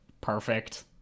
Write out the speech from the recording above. perfect